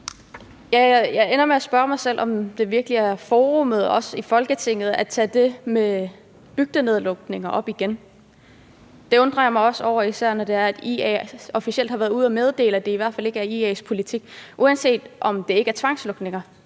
Jeg ender med at spørge mig selv, om Folketinget virkelig er det rette forum at tage det med bygdenedlukninger op i igen. Jeg undrer mig især over det, når AI officielt har været ude at meddele, at det i hvert fald ikke er IA's politik, selv om det ikke er tvangslukninger.